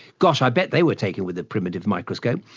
gosh, i bet they were taken with a primitive microscope.